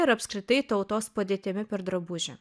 ir apskritai tautos padėtimi per drabužį